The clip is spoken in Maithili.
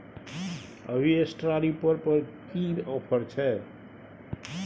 अभी स्ट्रॉ रीपर पर की ऑफर छै?